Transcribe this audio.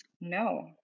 No